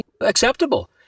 acceptable